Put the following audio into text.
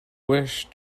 wish